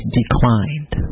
declined